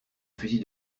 fusil